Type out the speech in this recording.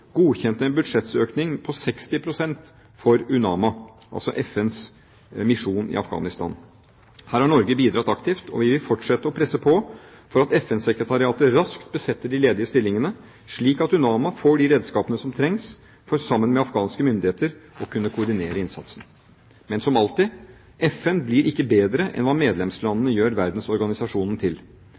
en budsjettøkning på 60 pst. for UNAMA – altså FNs misjon i Afghanistan. Her har Norge bidratt aktivt, og vi vil fortsette å presse på for at FN-sekretariatet raskt besetter de ledige stillingene, slik at UNAMA får de redskapene som trengs for sammen med afghanske myndigheter å kunne koordinere innsatsen. Men, som alltid: FN blir ikke bedre enn hva medlemslandene gjør verdensorganisasjonen til.